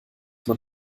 man